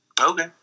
Okay